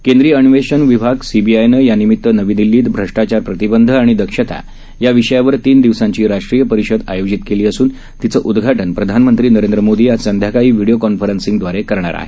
केंद्रीय अन्वेषण विभाग सीबीआयनं यानिमित्त नवी दिल्लीत भ्रष्टाचार प्रतिबंध आणि दक्षता या विषयावर तीन दिवसांची राष्ट्रीय परिषद आयोजित केली असून तिचं उदघाटन प्रधानमंत्री नरेंद्र मोदी आज संध्याकाळी व्हिडिओ कॉन्फरन्सिंगदवारे करणार आहेत